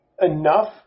enough